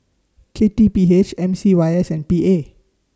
K T P H M C Y S and P A